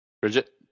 Bridget